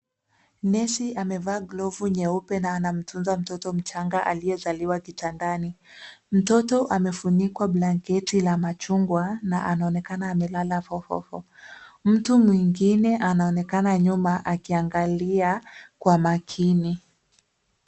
Nesi amevaa glovu nyeupe na anamtunza mtoto mchanga aliyezaliwa kitandani. Mtoto amefunikwa blanketi la machungwa na anaonekana amelala fofofo. Mtu mwingine anaonekana nyuma akiangalia kwa makini.